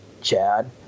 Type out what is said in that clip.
Chad